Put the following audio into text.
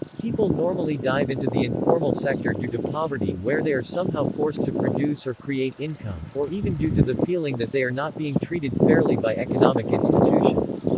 people normally dive into the informal sector due to poverty where they are somehow forced to produce or create income, or even due to the feeling that they are not being treated fairly by economic institutions.